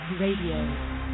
Radio